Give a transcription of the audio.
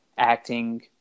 acting